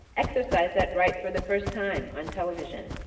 exercise that right for the first time on television.